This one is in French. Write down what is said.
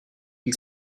qui